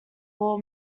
law